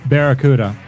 Barracuda